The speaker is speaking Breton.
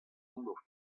anv